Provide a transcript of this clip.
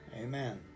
Amen